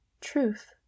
Truth